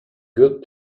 good